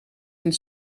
een